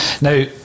Now